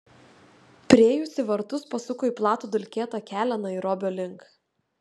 priėjusi vartus pasuko į platų dulkėtą kelią nairobio link